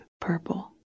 purple